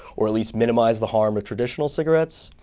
or at least minimize the harm of traditional cigarettes?